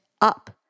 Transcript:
up